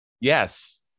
Yes